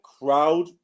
crowd